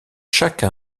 chaque